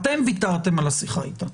אתם ויתרתם על השיחה איתה.